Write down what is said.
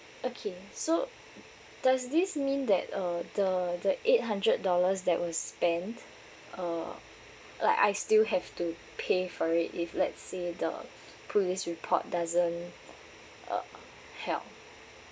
okay so does this mean that uh the the eight hundred dollars that was spent uh like I still have to pay for it if let's say the police report doesn't uh help